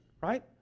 right